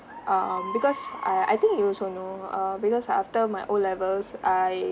um because uh I think you also know uh because after my O levels I